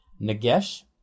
Nagesh